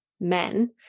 men